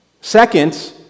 Second